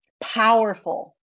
powerful